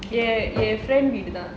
என்:en friend வீடு தான்:veedu thaan